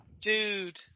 Dude